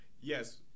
yes